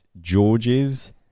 george's